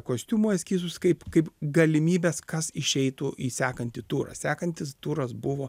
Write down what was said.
kostiumų eskizus kaip kaip galimybes kas išeitų į sekantį turą sekantis turas buvo